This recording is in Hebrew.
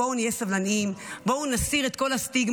בואו נהיה סבלניים, בואו נסיר את כל הסטיגמות.